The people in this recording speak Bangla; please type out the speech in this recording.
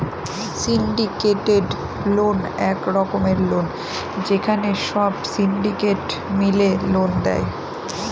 সিন্ডিকেটেড লোন এক রকমের লোন যেখানে সব সিন্ডিকেট মিলে লোন দেয়